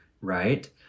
right